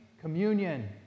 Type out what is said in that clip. Communion